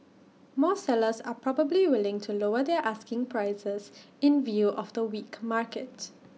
more sellers are probably willing to lower their asking prices in view of the weak market